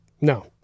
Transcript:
no